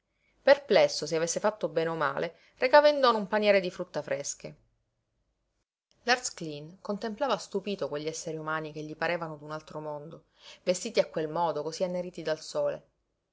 perplesso se avesse fatto bene o male recava in dono un paniere di frutta fresche lars cleen contemplava stupito quegli esseri umani che gli parevano d'un altro mondo vestiti a quel modo cosí anneriti dal sole